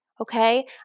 okay